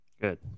good